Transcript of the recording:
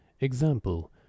Example